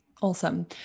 Awesome